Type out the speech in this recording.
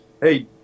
hey